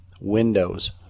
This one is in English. windows